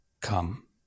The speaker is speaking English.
come